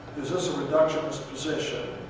is this a reductionist position?